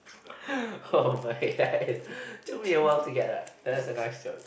oh my god it's took me awhile to get that that's a nice joke